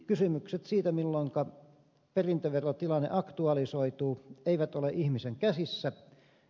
kysymykset siitä milloinka perintöverotilanne aktualisoituu eivät ole ihmisten käsissä